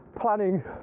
planning